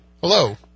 Hello